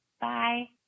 Bye